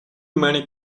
many